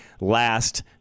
last